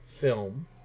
film